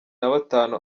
nabatanu